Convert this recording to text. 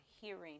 hearing